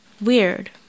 Weird